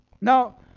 Now